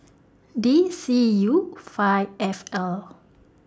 D C U five F L